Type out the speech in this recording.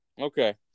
Okay